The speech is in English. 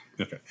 Okay